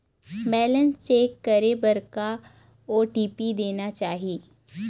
Balance check करे बर का ओ.टी.पी देना चाही?